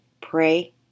pray